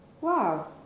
Wow